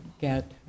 get